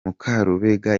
mukarubega